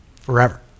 forever